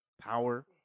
Power